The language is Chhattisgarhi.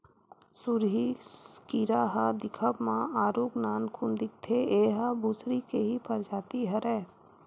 सुरही कीरा ह दिखब म आरुग नानकुन दिखथे, ऐहा भूसड़ी के ही परजाति हरय